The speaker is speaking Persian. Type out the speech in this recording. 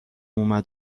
اومد